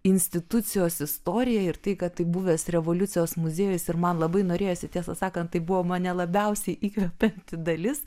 institucijos istorija ir tai kad tai buvęs revoliucijos muziejus ir man labai norėjosi tiesą sakant tai buvo mane labiausiai įkvepianti dalis